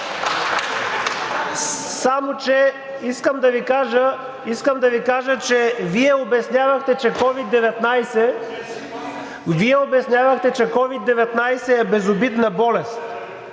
само че искам да Ви кажа, че Вие обяснявахте, че COVID-19 е безобидна болест